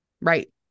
Right